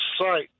site